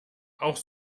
auch